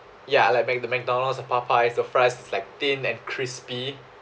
ya like the mc~ the mcdonald's and popeyes their fries is like thin and crispy